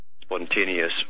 spontaneous